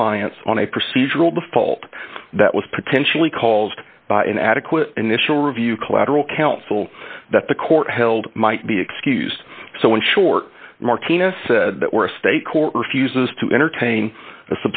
reliance on a procedural default that was potentially caused by an adequate initial review collateral counsel that the court held might be excused so in short martina said were a state court refuses to entertain